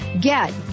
Get